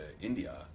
India